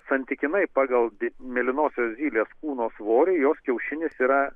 santykinai pagal dydį mėlynosios zylės kūno svorį jos kiaušinis yra